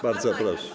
Bardzo proszę.